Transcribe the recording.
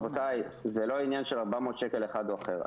זה לא עניין של 400 שקלים אחד או אחר.